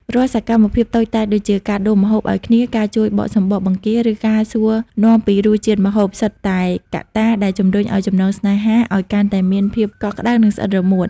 រាល់សកម្មភាពតូចតាចដូចជា ការដួសម្ហូបឱ្យគ្នា ការជួយបកសំបកបង្គា ឬការសួរនាំពីរសជាតិម្ហូប សុទ្ធតែកត្តាដែលជម្រុញឱ្យចំណងស្នេហាឱ្យកាន់តែមានភាពកក់ក្ដៅ និងស្អិតរមួត។